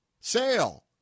Sale